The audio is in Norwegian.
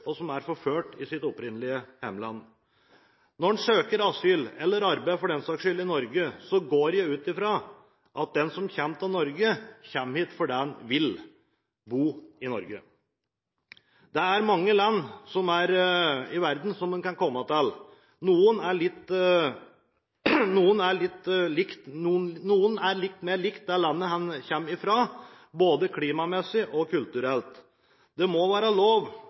og som er forfulgt i sitt opprinnelige hjemland. Når personer søker asyl – eller arbeid, for den saks skyld – i Norge, går jeg ut fra at de som kommer til Norge, kommer hit fordi de vil bo i Norge. Det er mange land i verden som en kan komme til. Noen land er litt mer likt det landet personen kommer fra, både klimamessig og kulturelt. Det må være lov